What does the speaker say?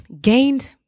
gained